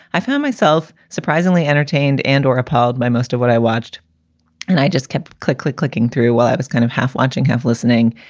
i found myself surprisingly entertained and or appalled by most of what i watched and i just kept quickly clicking through well i was kind of half watching, half listening,